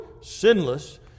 sinless